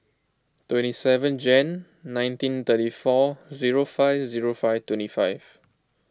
twenty seven Jan nineteen thirty four zero five zero five twenty five